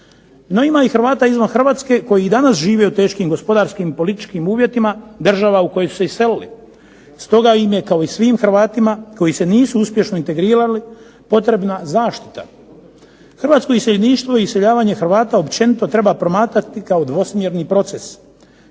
No ima i Hrvata izvan Hrvatske koji i danas žive u teškim gospodarskim i političkim uvjetima država u koje su se iselili. Stoga im je kao i svim Hrvatima koji se nisu uspješno integrirali potrebna zaštita. Hrvatsko iseljeništvo i iseljavanje Hrvata općenito treba promatrati kao dvosmjerni proces.